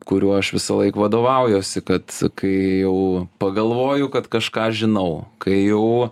kuriuo aš visąlaik vadovaujuosi kad kai jau pagalvoju kad kažką žinau kai jau